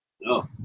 No